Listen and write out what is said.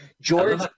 George